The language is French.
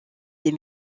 des